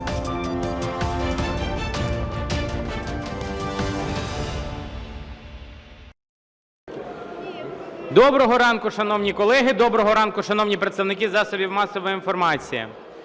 Доброго ранку, шановні колеги! Доброго ранку, шановні представники засобів масової інформації!